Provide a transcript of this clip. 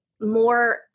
more